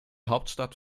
hauptstadt